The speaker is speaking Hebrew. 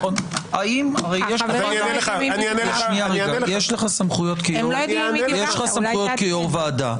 יש לך סמכויות כיושב-ראש ועדה,